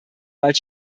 bald